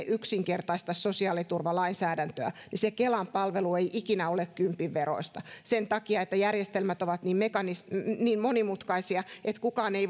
yksinkertaista sosiaaliturvalainsäädäntöä niin se kelan palvelu ei ikinä ole kympin veroista järjestelmät ovat niin monimutkaisia ei kukaan